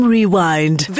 Rewind